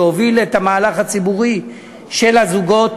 שהוביל את המהלך הציבורי של הזוגות,